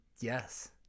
Yes